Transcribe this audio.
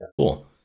cool